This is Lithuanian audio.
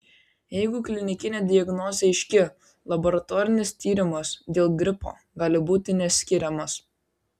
jeigu klinikinė diagnozė aiški laboratorinis tyrimas dėl gripo gali būti neskiriamas